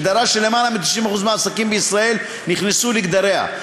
הגדרה שלמעלה מ-90% מהעסקים בישראל נכנסו בגדריה.